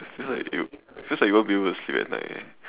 it's just like you just like you won't be able to sleep at night eh